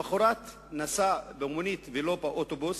למחרת נסע הביתה במונית ולא באוטובוס